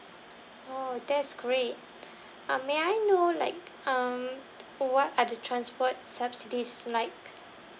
oh that's great uh may I know like um what are the transport subsidies like